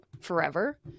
forever